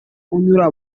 unyura